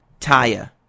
Taya